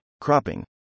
cropping